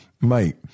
mate